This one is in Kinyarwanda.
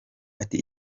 ati